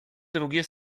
drugie